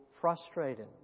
frustrated